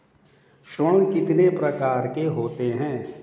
ऋण कितने प्रकार के होते हैं?